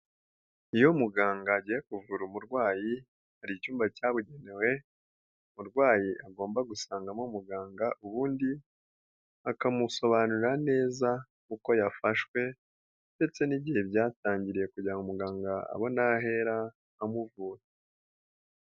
Iyo muganga agiye kuvura umurwayi hari icyumba cyabugenewe umurwayi agomba gusangamo muganga ubundi akamusobanurira neza uko yafashwe ndetse n'igihe byatangiriye kugira ngo muganga abone aho ahera amuvura.